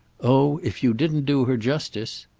oh if you didn't do her justice!